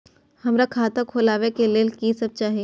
हमरा खाता खोलावे के लेल की सब चाही?